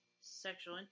sexual